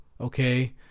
okay